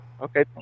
okay